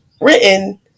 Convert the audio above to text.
written